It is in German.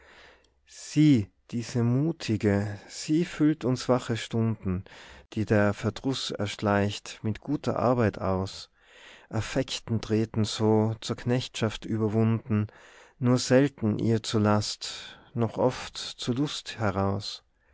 sie diese mutige sie füllt uns wache stunden die der verduß erschleicht mit guter arbeit aus affekten treten so zur knechschaft überwunden nur selten ihr zur last noch oft zur lust heraus